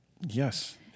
Yes